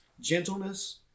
gentleness